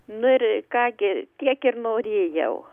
nu ir ką gi tiek ir norėjau